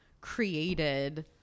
created